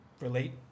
relate